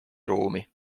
ruumi